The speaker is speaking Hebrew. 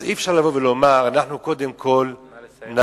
אז אי-אפשר לבוא ולומר, אנחנו קודם כול, נא לסיים.